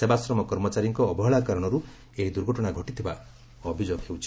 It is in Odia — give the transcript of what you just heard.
ସେବାଶ୍ରମ କର୍ମଚାରୀଙ୍କ ଅବହେଳା କାରଣରୁ ଏହି ଦୁର୍ଘଟଣା ଘଟିଥିବା ଅଭିଯୋଗ ହୋଇଛି